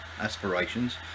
aspirations